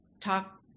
talk